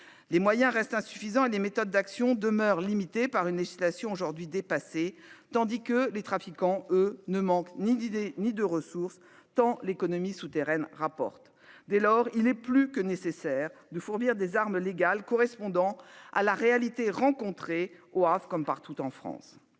Les moyens restent insuffisants et les méthodes d'action demeurent limitées par une législation aujourd'hui dépassée tandis que les trafiquants, eux, ne manque ni d'idées ni de ressources tant l'économie souterraine, rapporte dès lors, il est plus que nécessaire de fournir des armes légales correspondant à la réalité rencontrer au Havre comme partout en France.